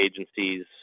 agencies